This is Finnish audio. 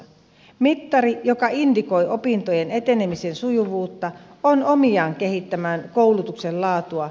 mittari joka indikoi opintojen etenemisen sujuvuutta on omiaan kehittämään koulutuksen laatua